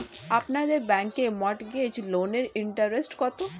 আপনাদের ব্যাংকে মর্টগেজ লোনের ইন্টারেস্ট কত?